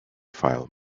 file